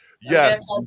Yes